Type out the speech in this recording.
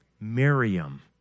Miriam